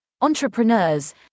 entrepreneurs